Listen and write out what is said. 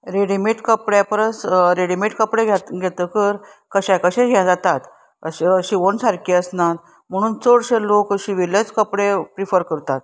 readymade कपड्या परस readymade कपडे घेतकर कशा कशे हे जातात अशें शिंवण सारकी आसना म्हणून चडशे लोक शिंविल्लेच कपडे प्रिफर करतात